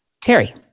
Terry